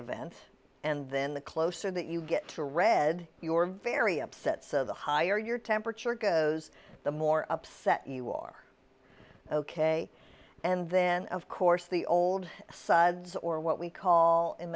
event and then the closer that you get to read you are very upset so the higher your temperature goes the more upset you are ok and then of course the old sides or what we call in